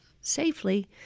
safely